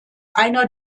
einer